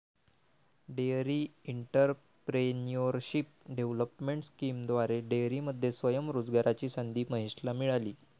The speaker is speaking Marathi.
डेअरी एंटरप्रेन्योरशिप डेव्हलपमेंट स्कीमद्वारे डेअरीमध्ये स्वयं रोजगाराची संधी महेशला मिळाली